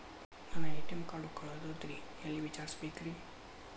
ನನ್ನ ATM card ಕಳದದ್ರಿ ಎಲ್ಲಿ ವಿಚಾರಿಸ್ಬೇಕ್ರಿ?